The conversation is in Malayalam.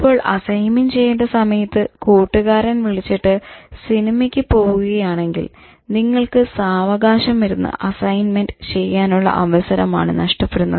ഇപ്പോൾ അസ്സൈന്മെന്റ് ചെയ്യേണ്ട സമയത്ത് കൂട്ടുകാരൻ വിളിച്ചിട്ട് സിനിമയ്ക്ക് പോകുകയാണെങ്കിൽ നിങ്ങൾക്ക് സാവകാശമിരുന്ന് അസ്സൈന്മെന്റ് ചെയ്യാനുള്ള അവസരമാണ് നഷ്ടപ്പെടുത്തുന്നത്